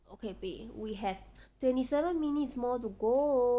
okay babe we have twenty seven minutes more to go